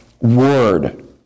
word